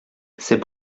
c’est